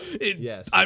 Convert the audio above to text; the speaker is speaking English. Yes